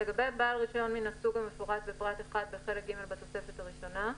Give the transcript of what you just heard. לגבי בעל רישיון מן הסוג המפורט בפרט 1 בחלק ג' בתוספת הראשונה,